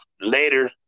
later